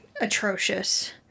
atrocious